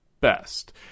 best